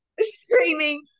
screaming